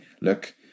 look